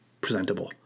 presentable